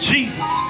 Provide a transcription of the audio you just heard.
Jesus